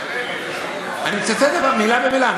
אבל אני מצטט מילה במילה.